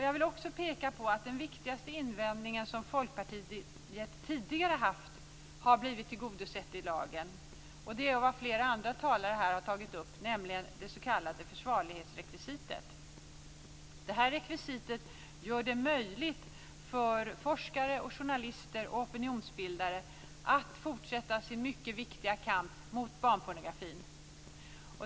Jag vill också peka på att den viktigaste invändningen som Folkpartiet tidigare haft har blivit tillgodosedd i lagen. Det har också flera andra talare här tagit upp. Det gäller det s.k. försvarlighetsrekvisitet. Det rekvisitet gör det möjligt för forskare, journalister och opinionsbildare att fortsätta sin mycket viktiga kamp mot barnpornografin.